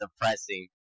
depressing